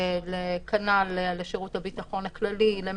וכנ"ל לשירות הביטחון הכללי ומצ"ח.